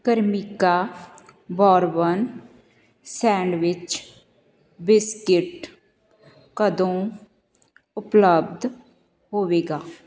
Cremica bourbon sandwich biscuit ਕਦੋਂ ਉਪਲੱਬਧ ਹੋਵੇਗਾ